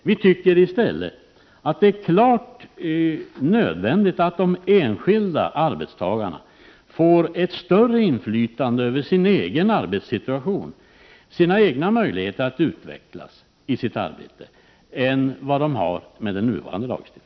Vi tycker däremot att det är klart nödvändigt att de enskilda arbetstagarna får ett större inflytande över sin egen arbetssituation och sina egna möjligheter att utvecklas i sitt arbete än vad de har med den nuvarande lagstiftningen.